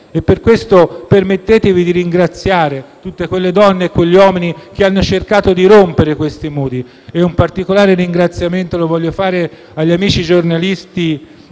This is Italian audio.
Per questo, permettetemi di ringraziare tutte quelle donne e quegli uomini che hanno cercato di rompere questi muri. Un particolare ringraziamento lo voglio fare agli amici giornalisti